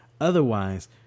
Otherwise